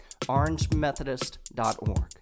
orangemethodist.org